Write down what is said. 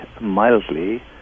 mildly